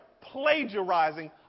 plagiarizing